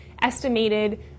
estimated